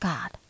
God